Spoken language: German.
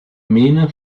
mähne